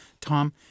Tom